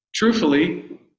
Truthfully